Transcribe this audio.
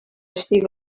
eixir